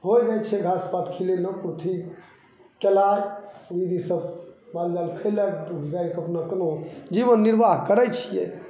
हो जाइ छै घासपात खिलेलहुँ कुरथी केलाइ ईसब मालजाल खएलक दूध गाइके अपना खएलहुँ जीवन निर्वाह करै छिए